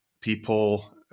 people